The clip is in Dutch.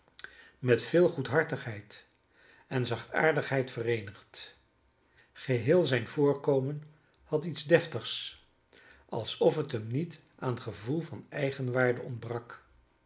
met veel goedhartigheid en zachtaardigheid vereenigd geheel zijn voorkomen had iets deftigs alsof het hem niet aan gevoel van eigenwaarde ontbrak